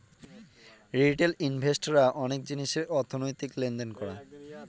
retail ইনভেস্ট রা অনেক জিনিসের অর্থনৈতিক লেনদেন করা